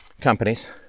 companies